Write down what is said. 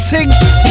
Tinks